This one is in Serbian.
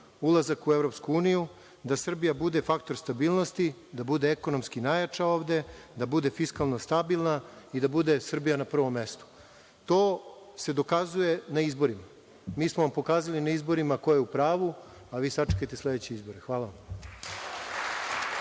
ulazak u EU, da Srbija bude faktor stabilnosti, da bude ekonomski najjača ovde, da bude fiskalno stabilna i da bude Srbija na prvom mestu. To se dokazuje na izborima. Mi smo vam pokazali na izborima ko je u pravu, a vi sačekajte sledeće izbore. Hvala.